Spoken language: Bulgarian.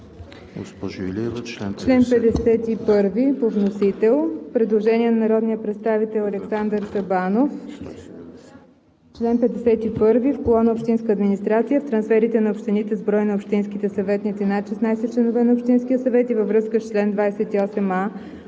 ИЛИЕВА: Член 51 по вносител. Предложение на народния представител Александър Николаев Сабанов. В чл. 51, в колона „Общинска администрация“ в трансферите на общините с брой на общинските съветници над 16 членове на Общинския съвет и във връзка с чл. 28а